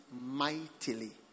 mightily